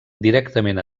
directament